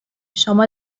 شما